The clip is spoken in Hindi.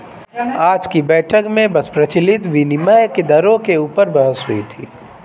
आज की बैठक में बस प्रचलित विनिमय दरों के ऊपर बहस हुई थी